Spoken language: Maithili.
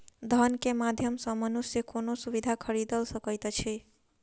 धन के माध्यम सॅ मनुष्य कोनो सुविधा खरीदल सकैत अछि